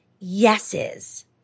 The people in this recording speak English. yeses